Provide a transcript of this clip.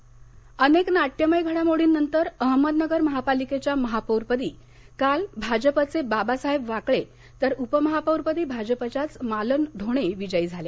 अहमदनगर महानगरपालिका अनेक नाट्यमय घडामोडीनंतर अहमदनगर महानगरपालिकेच्या महापौरपदी भाजपचे बाबासाहेब वाकळे तर उपमहापौरपदी भाजपच्याच मालन ढोणे विजयी झाल्या